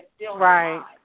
Right